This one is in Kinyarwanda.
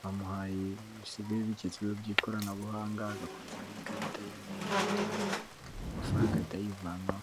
bamuhaye bisigaye bigezwe by'ikoranabuhanga agakozaraho ikarita yenda ya banki amafaranga agahita yivanaho.